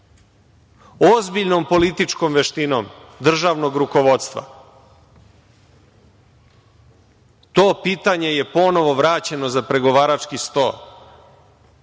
Ozbiljnom političkom veštinom državnog rukovodstva to pitanje je ponovo vraćeno za pregovarački sto.